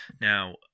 Now